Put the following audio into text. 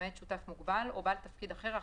אדוני.